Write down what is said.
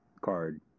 card